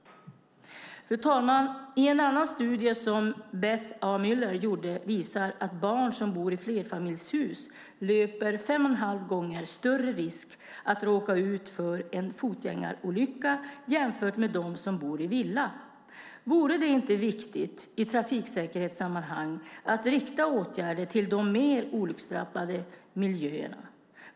Fru talman! I en studie som Beth A Mueller gjort visas att barn som bor i flerfamiljshus löper fem och en halv gånger större risk att råka ut för en fotgängarolycka jämfört med dem som bor i villa. Vore det inte viktigt att i trafiksäkerhetssammanhang rikta åtgärder mot de mer olycksdrabbade miljöerna?